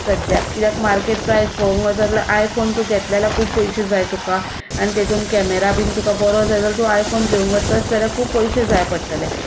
सद्द्याक कित्याक मार्केट प्रायस पळोवंक वचत जाल्यार आय फोन तूं घेतलें जाल्यार खूब पयशे जाय तुका आनी तातूंत कॅमेरा बी तुका बरो जाय जाल्यार आय फोन तूं घेवंक वचत जाल्यार खूब पयशे जाय पडटले